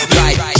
right